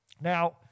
Now